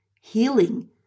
healing